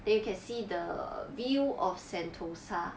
then you can see the view of sentosa